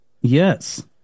Yes